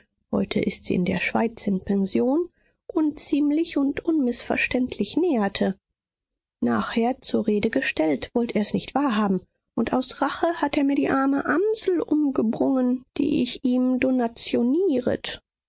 heute ist sie in der schweiz in pension unziemlich und unmißverstehlich näherte nachher zur rede gestellt wollt er's nicht wahr haben und aus rache hat er mir die arme amsel umgebrungen die ich ihm donationieret